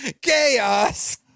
Chaos